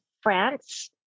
France